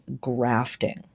grafting